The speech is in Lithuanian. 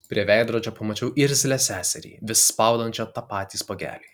prie veidrodžio pamačiau irzlią seserį vis spaudančią tą patį spuogelį